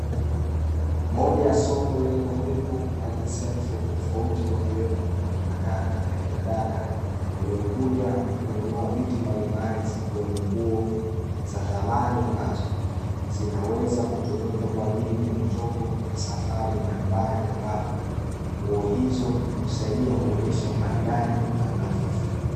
Moja ya soko lenye uwepo wa jinsia tofauti tofauti, wakiwemo wakina kaka na kinadada, waliokuja kununua vitu mbalimbali zikiwemo, nguo za thamani, ambazo zinaweza kutumika kwa ajili ya mitoko, na safari mbalimbali ambapo, nguo hizo husaidia kuonyesha umaridadi, na unadhifu.